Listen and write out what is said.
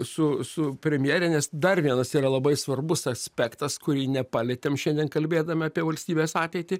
su su premjere nes dar vienas yra labai svarbus aspektas kurį nepalietėm šiandien kalbėdami apie valstybės ateitį